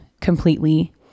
completely